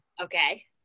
Okay